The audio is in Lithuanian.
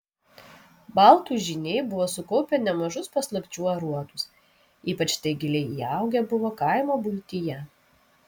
baltų žyniai buvo sukaupę nemažus paslapčių aruodus ypač tai giliai įaugę buvo kaimo buityje